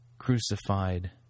crucified